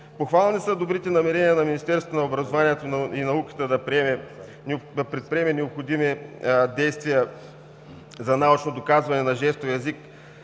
Похвални са добрите намерения на Министерството на образованието и науката да предприеме необходими действия за научно доказване на жестовия език